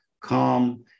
calm